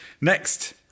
Next